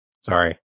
Sorry